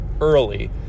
early